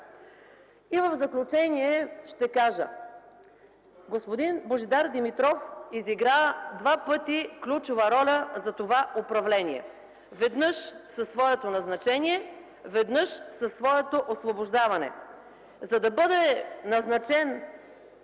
И в заключение ще кажа: господин Божидар Димитров изигра два пъти ключова роля за това управление – веднъж със своето назначение, веднъж със своето освобождаване. За да бъде назначен,